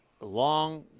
long